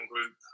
group